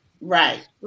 Right